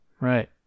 Right